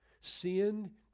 Sin